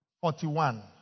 Forty-one